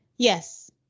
yes